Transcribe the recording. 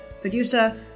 Producer